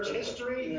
history